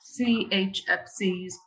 CHFCs